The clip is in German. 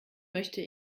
möchte